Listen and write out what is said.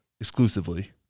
exclusively